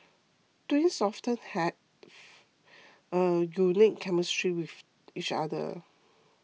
twins often have a unique chemistry with each other